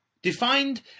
defined